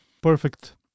Perfect